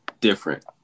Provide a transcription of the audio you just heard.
Different